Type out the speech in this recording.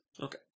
Okay